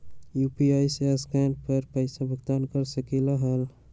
UPI से scan कर पईसा भुगतान कर सकलीहल?